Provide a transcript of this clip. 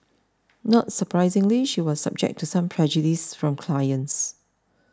not surprisingly she was subject to some prejudice from clients